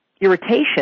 irritation